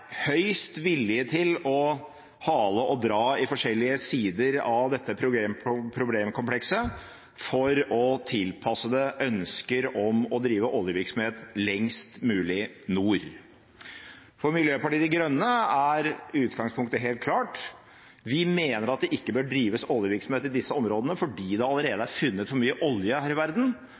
høyst villig til å hale og dra i forskjellige sider av dette problemkomplekset for å tilpasse det ønsker om å drive oljevirksomhet lengst mulig nord. For Miljøpartiet De Grønne er utgangspunktet helt klart. Vi mener at det ikke bør drives oljevirksomhet i disse områdene fordi det allerede er funnet for mye olje her i verden,